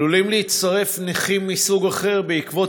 עלולים להצטרף נכים מסוג אחר בעקבות